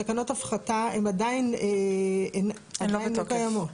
התקנות הפחתה הן עדיין --- הן לא בתוקף.